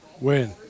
Win